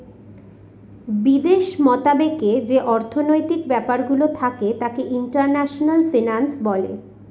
বিদেশ মতাবেকে যে অর্থনৈতিক ব্যাপারগুলো থাকে তাকে ইন্টারন্যাশনাল ফিন্যান্স বলে